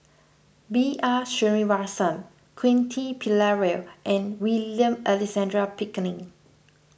B R Sreenivasan Quentin Pereira and William Alexander Pickering